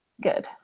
good